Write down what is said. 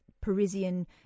Parisian